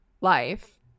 life